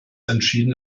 entschieden